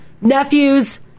nephews